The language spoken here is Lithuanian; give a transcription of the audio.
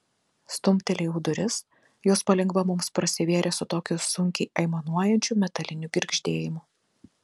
stumtelėjau duris jos palengva mums prasivėrė su tokiu sunkiai aimanuojančiu metaliniu girgždėjimu